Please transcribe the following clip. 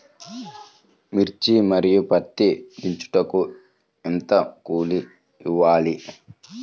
మిర్చి మరియు పత్తి దించుటకు ఎంత కూలి ఇవ్వాలి?